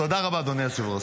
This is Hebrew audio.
תודה רבה, אדוני היושב-ראש.